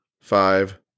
five